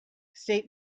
state